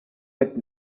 had